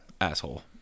Asshole